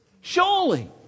Surely